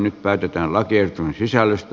nyt päätetään lakiehdotuksen sisällöstä